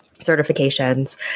certifications